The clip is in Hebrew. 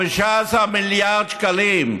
15 מיליארד שקלים.